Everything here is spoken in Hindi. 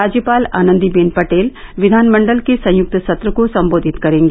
राज्यपाल आनंदी बेन पटेल विधानमण्डल के संयुक्त सत्र को सम्बोधित करेंगी